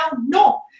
No